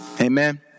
Amen